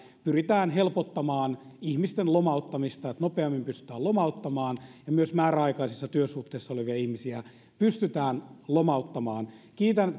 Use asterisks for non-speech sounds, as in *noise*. pyritään helpottamaan ihmisten lomauttamista että nopeammin pystytään lomauttamaan ja että myös määräaikaisessa työsuhteessa olevia ihmisiä pystytään lomauttamaan kiitän *unintelligible*